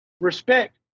respect